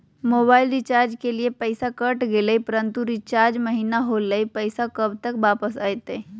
Mobile recharge के लिए पैसा कट गेलैय परंतु रिचार्ज महिना होलैय, पैसा कब तक वापस आयते?